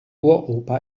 uropa